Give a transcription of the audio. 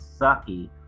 sucky